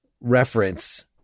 reference